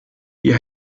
die